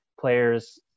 players